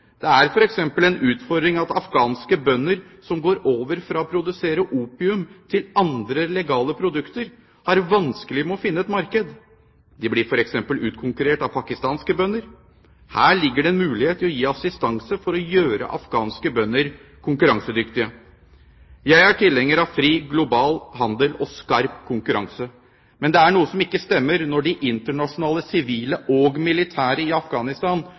Det er f.eks. en utfordring at afghanske bønder som går over fra å produsere opium til andre legale produkter, har vanskelig for å finne et marked. De blir f.eks. utkonkurrert av pakistanske bønder. Her ligger det en mulighet til å gi assistanse for å gjøre afghanske bønder konkurransedyktige. Jeg er tilhenger av fri, global handel og skarp konkurranse. Men det er noe som ikke stemmer når de internasjonale sivile og militære i Afghanistan